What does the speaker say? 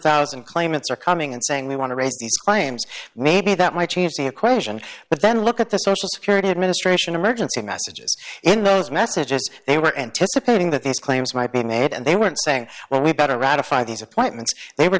thousand claimants are coming and saying we want to raise these claims maybe that might change the equation but then look at the social security administration emergency messages in those messages they were anticipating that these claims might be made and they weren't saying well we better ratify these appointments they were